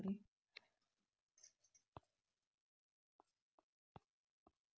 ಮೊಳಕೆ ಒಡೆಯುವಿಕೆಗೆ ಭಾಳ ಸಮಯ ತೊಗೊಳ್ಳೋ ಬೆಳೆ ಯಾವುದ್ರೇ?